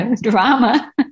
drama